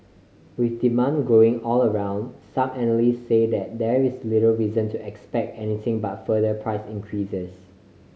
with demand growing all around some analyst say there there is little reason to expect anything but further price increases